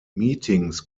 meetings